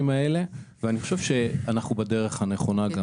האלה ואני חושב שאנחנו בדרך הנכונה.